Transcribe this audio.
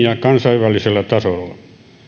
ja kansainvälisellä tasolla